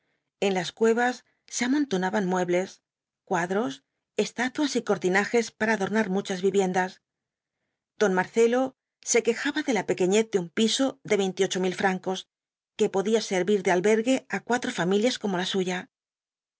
en las cuevas se amontonaban muebles cuadros estatuas y cortinajes para adornar muchas viviendas don marcelo se quejaba de la pequenez de un piso de veintiocho mil francos que podía servir de albergue á cuatro familias como la suya